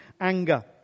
anger